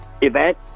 event